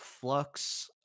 flux